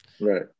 right